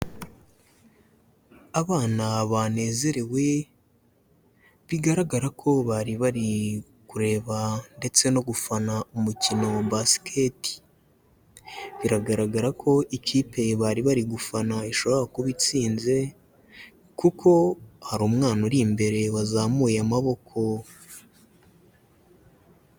Abana banezerewe, bigaragara ko bari bari kureba ndetse no gufana umukino wa basiketi. Biragaragara ko ikipe bari bari gufana ishobora kuba itsinze kuko hari umwana uri imbere wazamuye amaboko.